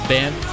Band